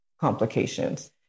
complications